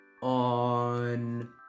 on